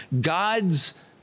God's